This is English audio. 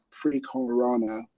pre-corona